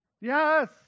Yes